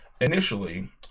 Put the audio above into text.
initially